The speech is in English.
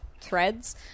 threads